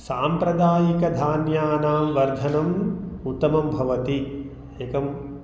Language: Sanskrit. साम्प्रदायिकधान्यानां वर्धनम् उत्तमं भवति एकं